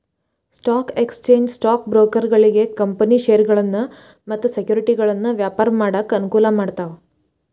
stock exchange stock ಬ್ರೋಕರ್ಗಳಿಗಿ company ಷೇರಗಳನ್ನ ಮತ್ತ ಸೆಕ್ಯುರಿಟಿಗಳನ್ನ ವ್ಯಾಪಾರ ಮಾಡಾಕ ಅನುಕೂಲ ಮಾಡ್ತಾವ